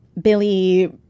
Billy